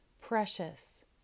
precious